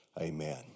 Amen